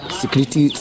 security